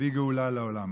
מביא גאולה לעולם.